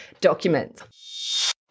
documents